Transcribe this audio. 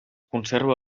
conserva